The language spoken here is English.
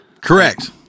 Correct